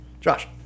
Josh